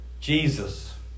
Jesus